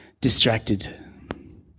distracted